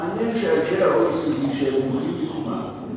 מעניין שאנשי ה-OECD, שהם מומחים בתחומם,